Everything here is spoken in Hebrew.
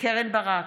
קרן ברק,